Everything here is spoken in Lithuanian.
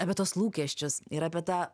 apie tuos lūkesčius ir apie tą